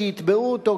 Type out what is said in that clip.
כי יתבעו אותו,